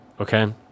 Okay